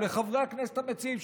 או לחברי הכנסת המציעים,